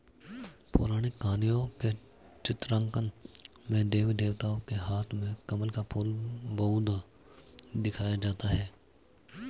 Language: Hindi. पौराणिक कहानियों के चित्रांकन में देवी देवताओं के हाथ में कमल का फूल बहुधा दिखाया जाता है